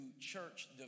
church